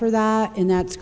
for that and that's